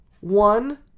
One